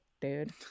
dude